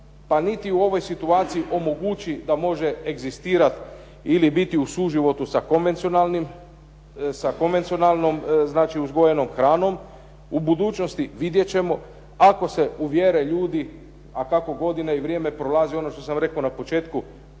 pa niti u ovoj situaciji omogući da može egzistirati ili biti u suživotu sa konvencionalnom znači uzgojenom hranom. U budućnosti vidjet ćemo ako se uvjere ljudi, a kako godine i vrijeme prolazi ono što sam rekao na početku